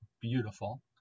beautiful